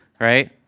right